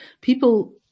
people